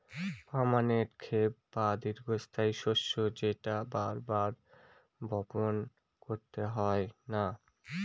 permanent crop বা দীর্ঘস্থায়ী শস্য যেটা বার বার বপন করতে হয় না